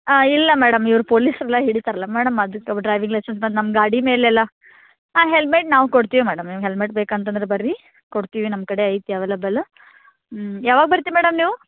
ಹಾಂ ಇಲ್ಲ ಮೇಡಮ್ ಇವ್ರು ಪೊಲೀಸ್ರೆಲ್ಲ ಹಿಡಿತಾರಲ್ಲ ಮೇಡಮ್ ಅದಕ್ಕೆ ಡ್ರೈವಿಂಗ್ ಲೈಸನ್ಸ್ ಮತ್ತು ನಮ್ಮ ಗಾಡಿ ಮೇಲೆಲ್ಲ ಹಾಂ ಹೆಲ್ಮೆಟ್ ನಾವು ಕೊಡ್ತೀವಿ ಮೇಡಮ್ ನಿಮ್ಗೆ ಹೆಲ್ಮೆಟ್ ಬೇಕಂತಂದ್ರೆ ಬನ್ರಿ ಕೊಡ್ತೀವಿ ನಮ್ಮ ಕಡೆ ಐತಿ ಅವೆಲಬಲ ಹ್ಞೂ ಯಾವಾಗ ಬರ್ತಿರ್ ಮೇಡಮ್ ನೀವು